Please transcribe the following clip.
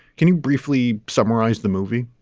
can you briefly summarize the movie?